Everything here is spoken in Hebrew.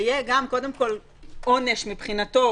יהיה קודם כל עונש מבחינתו,